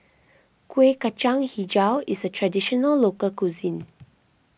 Kuih Kacang HiJau is a Traditional Local Cuisine